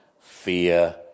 fear